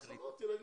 אמרתי.